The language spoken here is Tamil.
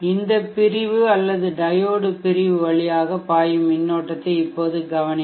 இந்த ப்ரான்ச் பிரிவு அல்லது டையோடு பிரிவு வழியாக பாயும் மின்னோட்டத்தை இப்போது கவனியுங்கள்